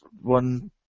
one